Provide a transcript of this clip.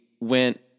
went